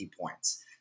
points